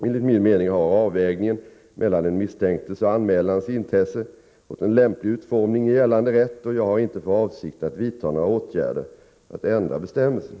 Enligt min mening har avvägningen mellan den misstänktes och anmälarens intresse fått en lämplig utformning i gällande rätt. Jag har inte för avsikt att vidta några åtgärder för att ändra bestämmelserna.